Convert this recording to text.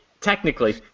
Technically